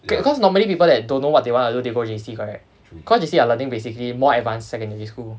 okay cause normally people that don't know what they want to do they go J_C correct cause J_C are learning basically more advanced secondary school